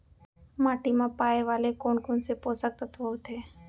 माटी मा पाए वाले कोन कोन से पोसक तत्व होथे?